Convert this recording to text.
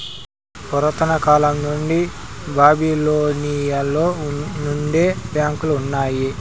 పురాతన కాలం నుండి బాబిలోనియలో నుండే బ్యాంకులు ఉన్నాయి